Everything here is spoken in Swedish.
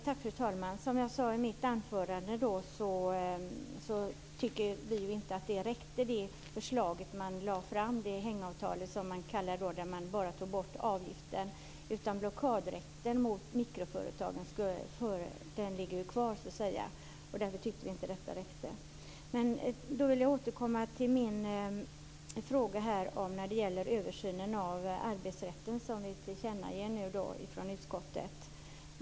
Fru talman! Som jag sade i mitt anförande tyckte vi inte att det förslag som lades fram räckte, dvs. ett hängavtal där man bara tog bort avgifter. Blockadrätten mot mikroföretagen ligger ju kvar, och därför tyckte vi inte att det räckte. Jag vill återkomma till min fråga när det gäller översynen av arbetsrätten, som vi nu tillkännager från utskottet.